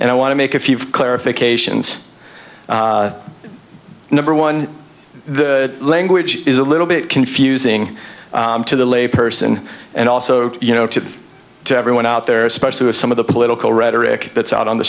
and i want to make a few clarifications number one the language is a little bit confusing to the lay person and also you know to everyone out there especially with some of the political rhetoric that's out on the